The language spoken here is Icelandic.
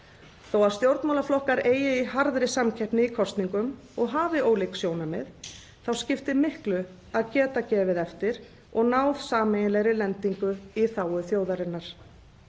Þó að stjórnmálaflokkar eigi í harðri samkeppni í kosningum og hafi ólík sjónarmið, þá skiptir miklu að geta gefið eftir og náð sameiginlegri lendingu í þágu þjóðarinnar.